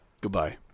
Goodbye